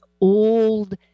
old